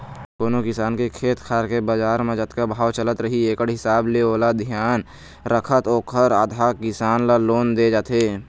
कोनो किसान के खेत खार के बजार म जतका भाव चलत रही एकड़ हिसाब ले ओला धियान रखत ओखर आधा, किसान ल लोन दे जाथे